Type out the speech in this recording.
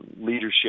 leadership